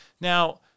Now